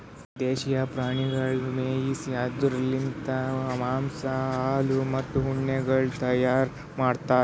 ದೇಶೀಯ ಪ್ರಾಣಿಗೊಳಿಗ್ ಮೇಯಿಸಿ ಅವ್ದುರ್ ಲಿಂತ್ ಮಾಂಸ, ಹಾಲು, ಮತ್ತ ಉಣ್ಣೆಗೊಳ್ ತೈಯಾರ್ ಮಾಡ್ತಾರ್